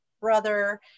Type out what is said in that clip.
Brother